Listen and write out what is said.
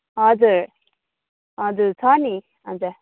हजुर हजुर छ नि अन्त